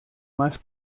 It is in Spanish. más